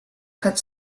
cut